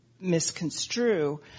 misconstrue